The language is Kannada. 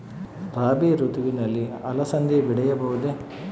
ರಾಭಿ ಋತುವಿನಲ್ಲಿ ಅಲಸಂದಿ ಬೆಳೆಯಬಹುದೆ?